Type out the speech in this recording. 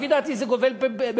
לפי דעתי זה גובל בפלילים.